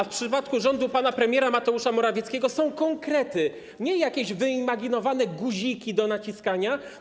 W przypadku rządu pana premiera Mateusza Morawieckiego są konkrety, a nie jakieś wyimaginowane guziki do naciskania.